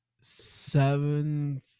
Seven